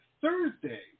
Thursday